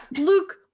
luke